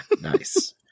nice